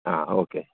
आ okay